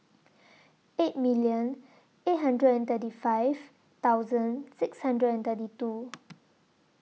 eight million eight hundred and thirty five thousand six hundred and thirty two